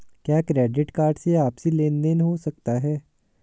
क्या credit card से आपसी लेनदेन हो सकता है?